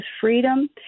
freedom